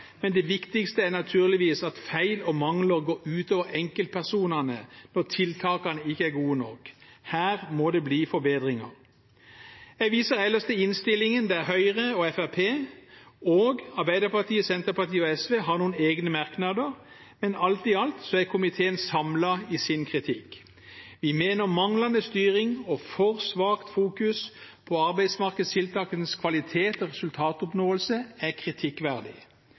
men det viktigste er naturligvis at feil og mangler går ut over enkeltpersoner når tiltakene ikke er gode nok. Her må det bli forbedringer. Jeg viser ellers til innstillingen, der Høyre og Fremskrittspartiet på den ene siden og Arbeiderpartiet, Senterpartiet og SV på den andre siden har noen egne merknader, men alt i alt er komiteen samlet i sin kritikk. Vi mener manglende styring og for svakt fokus på arbeidsmarkedstiltakenes kvalitet og resultatoppnåelse er kritikkverdig.